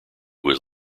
was